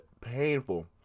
painful